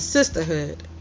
sisterhood